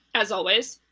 as always,